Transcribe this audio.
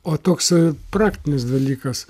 o toksai praktinis dalykas